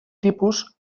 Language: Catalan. tipus